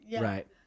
Right